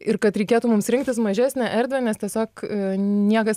ir kad reikėtų mums rinktis mažesnę erdvę nes tiesiog niekas